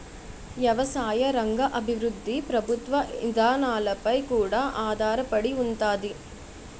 ఎవసాయ రంగ అభివృద్ధి ప్రభుత్వ ఇదానాలపై కూడా ఆధారపడి ఉంతాది